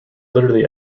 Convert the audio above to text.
literally